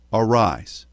arise